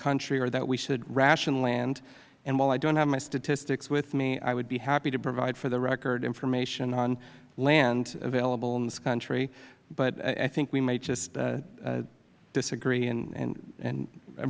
country or that we should ration land while i don't have my statistics with me i would be happy to provide for the record information on land available in this country but i think we might just disagree and